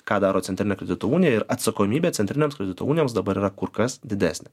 ką daro centrinė kredito unija ir atsakomybė centrinėms kredito unijoms dabar yra kur kas didesnė